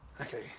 Okay